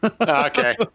Okay